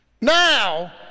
now